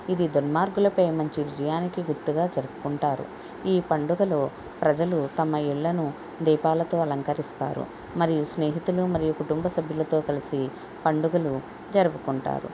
ఇది దుర్మార్గులపై మంచి విజయానికి గుర్తుగా జరుపుకుంటారు ఈ పండుగలో ప్రజలు తమ ఇళ్ళను దీపాలతో అలంకరిస్తారు మరియు స్నేహితులు మరియు కుటుంబ సభ్యులతో కలిసి పండుగను జరుపుకుంటారు